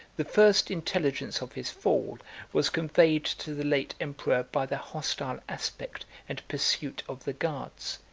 the first intelligence of his fall was conveyed to the late emperor by the hostile aspect and pursuit of the guards,